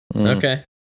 okay